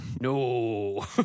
no